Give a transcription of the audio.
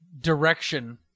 direction